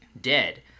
dead